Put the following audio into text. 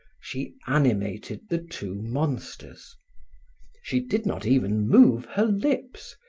she animated the two monsters she did not even move her lips,